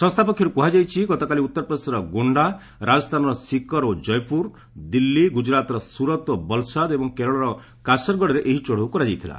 ସଂସ୍ଥା ପକ୍ଷରୁ କୁହାଯାଇଛି ଗତକାଲି ଉଉରପ୍ରଦେଶର ଗୋଣ୍ଡା ରାଜସ୍ଥାନର ସିକର ଓ ଜୟପୁର ଦିଲ୍ଲୀ ଗୁଜରାତର ସୁରତ ଓ ବଲ୍ସାଦ୍ ଏବଂ କେରଳର କାଶରଗଡ଼ରେ ଏହି ଚଢ଼ଉ କରାଯାଇଥିଲା